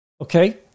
Okay